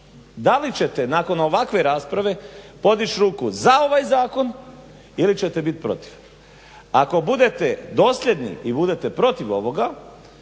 da li ćete nakon ovakve rasprave podići ruku za ovaj zakon ili ćete biti protiv. Ako budete dosljedni i budete protiv ovoga